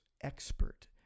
expert